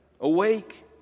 Awake